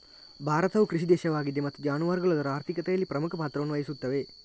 ಭಾರತವು ಕೃಷಿ ದೇಶವಾಗಿದೆ ಮತ್ತು ಜಾನುವಾರುಗಳು ಅದರ ಆರ್ಥಿಕತೆಯಲ್ಲಿ ಪ್ರಮುಖ ಪಾತ್ರವನ್ನು ವಹಿಸುತ್ತವೆ